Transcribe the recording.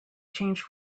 changed